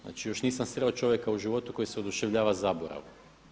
Znači još nisam sreo čovjeka u životu koji se oduševljava zaboravom.